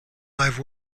live